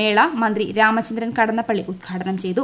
മേള മന്ത്രി രാമചന്ദ്രൻ കടന്നപ്പള്ളി ഉദ്ഘാടനം ചെയ്തു